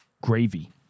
gravy